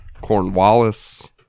Cornwallis